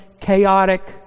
chaotic